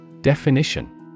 Definition